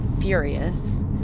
furious